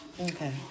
Okay